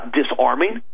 disarming